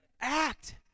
Act